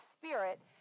Spirit